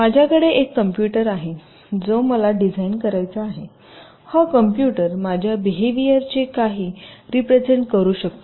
माझ्याकडे एक कॉम्पुटर आहे जो मला डिझाइन करायचा आहे हा कॉम्पुटर माझ्या बेहेवियरचे काही रीप्रेझेन्ट करू शकतो